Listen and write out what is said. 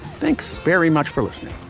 thanks very much for listening.